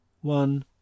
one